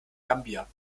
gambia